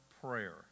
prayer